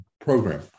program